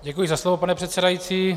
Děkuji za slovo, pane předsedající.